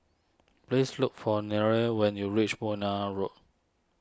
please look for Nyree when you reach Benoi Road